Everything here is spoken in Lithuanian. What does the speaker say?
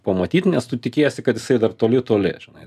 pamatyt nes tu tikiesi kad jisai dar toli toli žinai